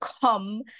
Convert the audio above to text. come